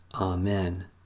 Amen